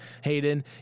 Hayden